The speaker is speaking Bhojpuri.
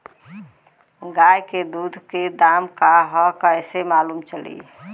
गाय के दूध के दाम का ह कइसे मालूम चली?